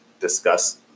discuss